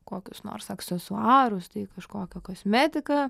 kokius nors aksesuarus tai kažkokią kosmetiką